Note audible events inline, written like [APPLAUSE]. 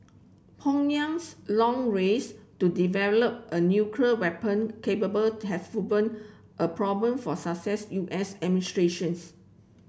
Pyongyang's long race to develop a nuclear weapon capable has proved a problem for successive U S [UNINTELLIGIBLE]